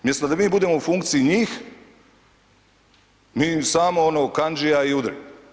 Umjesto da mi budemo u funkciji njih, mi ih samo ono kandžija i udri.